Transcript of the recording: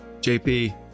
JP